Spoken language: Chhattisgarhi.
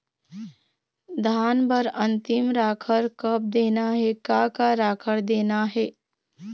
धान बर अन्तिम राखर कब देना हे, का का राखर देना हे?